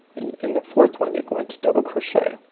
and in the fourth one you're going to double crochet.